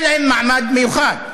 היה להם מעמד מיוחד,